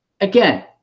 again